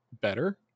better